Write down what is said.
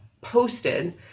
posted